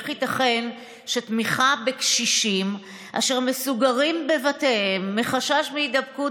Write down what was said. איך ייתכן שתמיכה בקשישים אשר מסוגרים בבתיהם מחשש הידבקות